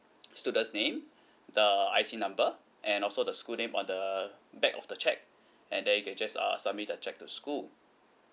student's name the I_C number and also the school name on the back of the cheque and then you can just err submit the cheque to school